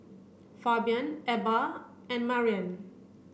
Fabian Ebba and Marian